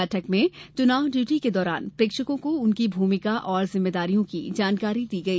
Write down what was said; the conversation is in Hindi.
बैठक में चुनाव ड्यूटी के दौरान प्रेक्षकों को उनकी भूमिका और जिम्मेदारियों की जानकारी दी गई